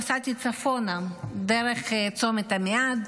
נסעתי צפונה דרך צומת עמיעד,